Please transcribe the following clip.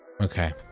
Okay